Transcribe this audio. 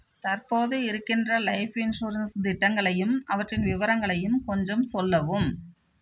தற்போது இருக்கின்ற life insurance திட்டங்களையும் அவற்றின் விவரங்களையும் கொஞ்சம் சொல்லவும்